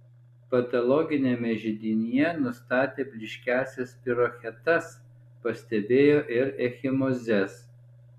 patologiniame židinyje nustatė blyškiąsias spirochetas pastebėjo ir ekchimozes